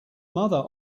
mother